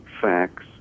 facts